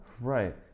Right